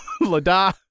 la-da